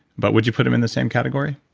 but would you put them in the same category?